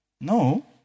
No